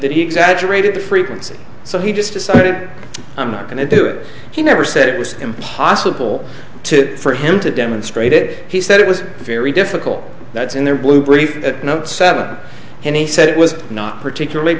that he exaggerated the frequency so he just decided i'm not going to do it he never said it was impossible to for him to demonstrate it he said it was very difficult that's in their blue brief note seven and he said it was not particularly